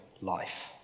life